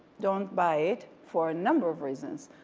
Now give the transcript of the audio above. don't buy it for a number of reasons.